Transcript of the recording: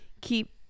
keep